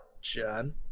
john